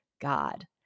God